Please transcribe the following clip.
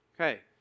Okay